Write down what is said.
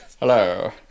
hello